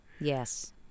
Yes